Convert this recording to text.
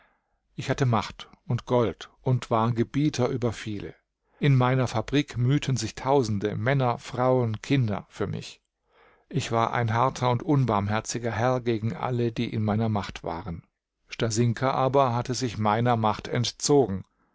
ich hatte macht und gold und war gebieter über viele in meiner fabrik mühten sich tausende männer frauen kinder für mich ich war ein harter und unbarmherziger herr gegen alle die in meiner macht waren stasinka aber hatte sich meiner macht entzogen